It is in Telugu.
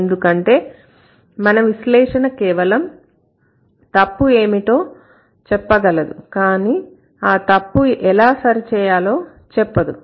ఎందుకంటే మన విశ్లేషణ కేవలం తప్పు ఏమిటో చెప్పగలదు కానీ ఆ తప్పుని ఎలా సరిచేయాలో చెప్పదు